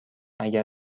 اگر